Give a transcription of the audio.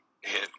hit